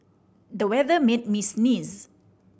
the weather made me sneeze